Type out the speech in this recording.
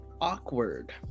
awkward